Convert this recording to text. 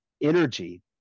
energy